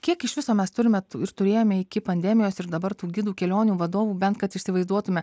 kiek iš viso mes turime ir turėjome iki pandemijos ir dabar tų gidų kelionių vadovų bent kad įsivaizduotume